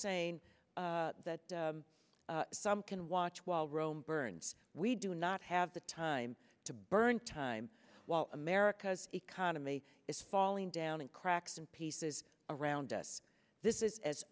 saying that some can watch while rome burns we do not have the time to burn time while america's economy is falling down and cracks in pieces around us this is as